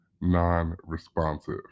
non-responsive